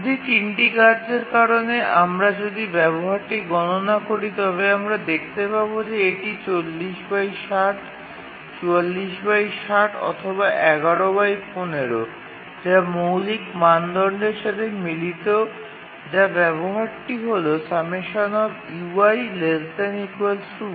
যদি ৩ টি কার্যের কারণে আমরা যদি ব্যবহারটি গণনা করি তবে আমরা দেখতে পাব যে এটি যা মৌলিক মানদণ্ডের সাথে মিলিত যা ব্যবহারটি হল ≤1